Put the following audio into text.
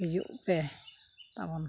ᱦᱤᱡᱩᱜ ᱯᱮ ᱛᱟᱵᱚᱱ